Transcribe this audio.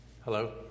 Hello